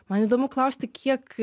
man įdomu klausti kiek